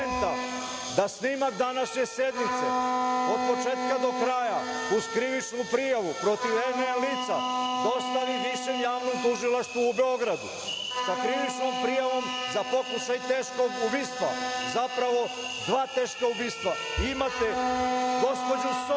da snimak današnje sednice, od početka do kraja, uz krivičnu prijavu protiv NN lica dostavi Višem javnom tužilaštvu u Beogradu sa krivičnom prijavom za pokušaj teškog ubistva, zapravo dva teška ubistva. Imate gospođu Sonju